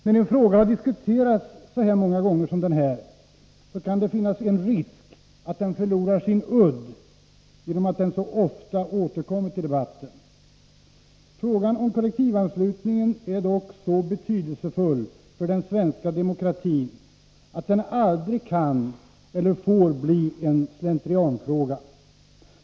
När en fråga har diskuterats så många gånger som denna kan det finnas en risk att den förlorar sin udd genom att den så ofta har återkommit i debatten. Frågan om kollektivanslutningen är dock så betydelsefull för den svenska demokratin att den aldrig kan eller får bli en slentrianfråga.